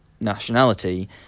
nationality